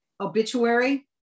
obituary